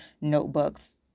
notebooks